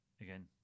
again